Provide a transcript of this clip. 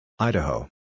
Idaho